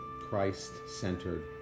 Christ-centered